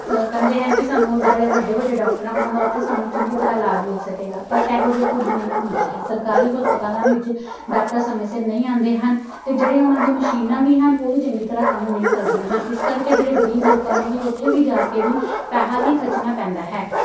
ਕਹਿੰਦੇ ਹਨ ਕਿ ਸਾਨੂੰ ਜਿਹੜੇ ਵੱਡੇ ਵੱਡੇ ਡੋਕਟਰ ਆ ਉਹਨਾਂ ਦਾ ਉੱਥੇ ਸਾਨੂੰ ਚੰਗੀ ਤਰ੍ਹਾਂ ਇਲਾਜ ਮਿਲ ਸਕੇਗਾ ਪਰ ਇਹੋ ਜਿਹਾ ਕੁਝ ਨਹੀਂ ਹੁੰਦਾ ਹੈ ਸਰਕਾਰੀ ਹਸਪਤਾਲਾਂ ਵਿੱਚ ਡਾਕਟਰ ਸਮੇਂ ਸਿਰ ਨਹੀਂ ਆਉਂਦੇ ਹਨ ਅਤੇ ਜਿਹੜੇ ਉਹਨਾਂ ਦੀਆਂ ਮਸ਼ੀਨਾਂ ਵੀ ਹਨ ਉਹ ਵੀ ਚੰਗੀ ਤਰ੍ਹਾਂ ਕੰਮ ਨਹੀਂ ਕਰਦੀਆਂ ਹਨ ਇਸ ਕਰਕੇ ਜਿਹੜੇ ਗਰੀਬ ਲੋਕਾਂ ਨੂੰ ਵੀ ਉੱਥੇ ਵੀ ਜਾ ਕੇ ਵੀ ਪੈਸਾ ਹੀ ਖਰਚਣਾ ਪੈਂਦਾ ਹੈ